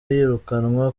yirukanwa